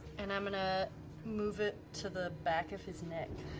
and i'm going to move it to the back of his neck.